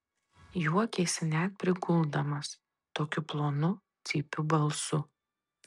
juokėsi net priguldamas tokiu plonu cypiu balsu